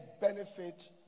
benefit